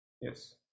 yes